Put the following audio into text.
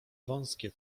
wąskie